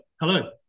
hello